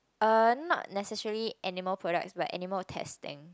uh not necessarily animal products but animal testing